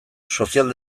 sozial